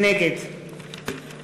נגד